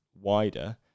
wider